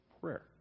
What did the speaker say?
Prayer